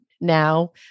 now